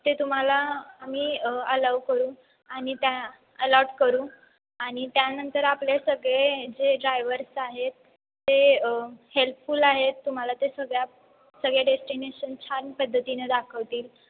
ते तुम्हाला आम्ही अलाव करू आणि त्या अलॉट करू आणि त्यानंतर आपले सगळे जे ड्रायवर्स आहेत ते हेल्पफुल आहेत तुम्हाला ते सगळ्या सगळे डेस्टिनेशन छान पद्धतीने दाखवतील